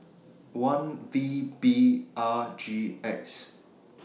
one V B R G X